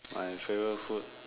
my favourite food